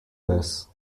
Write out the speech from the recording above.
this